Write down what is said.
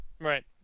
right